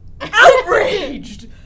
Outraged